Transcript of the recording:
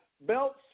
belts